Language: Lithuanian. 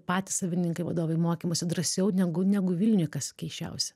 patys savininkai vadovai mokymuose drąsiau negu negu vilniuj kas keisčiausia